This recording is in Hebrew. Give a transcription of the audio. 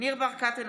ניר ברקת,